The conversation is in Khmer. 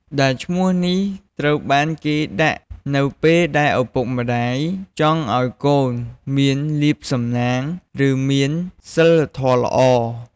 ដែលឈ្មោះនេះ ត្រូវបានគេដាក់នៅពេលដែលឪពុកម្តាយចង់ឲ្យកូនមានលាភសំណាង ឬមានសីលធម៌ល្អ។